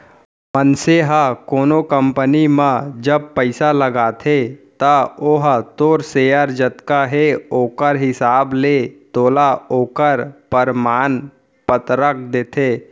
मनसे ह कोनो कंपनी म जब पइसा लगाथे त ओहा तोर सेयर जतका हे ओखर हिसाब ले तोला ओखर परमान पतरक देथे